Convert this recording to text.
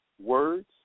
words